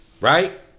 right